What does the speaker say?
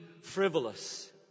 frivolous